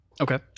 Okay